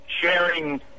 sharing